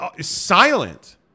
Silent